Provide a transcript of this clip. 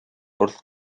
wrth